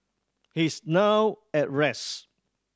he is now at rest